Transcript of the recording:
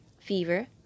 fever